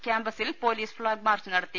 ക്യാമ്പസിൽ police flag march നടത്തി